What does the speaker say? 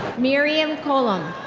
miriam collum.